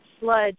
sludge